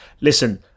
Listen